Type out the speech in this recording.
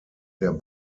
der